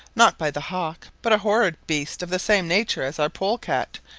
not by the hawk but a horrid beast of the same nature as our polecat,